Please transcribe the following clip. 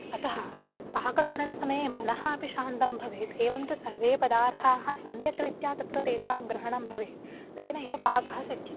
अतः पाककरणसमये मनः अपि शान्तं भवेत् एवं च सर्वे पदार्थाः सम्यक् रीत्या तत्र तेषां ग्रहणं भवेत् तेनैव पाकः सिद्ध्यति